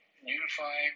Unify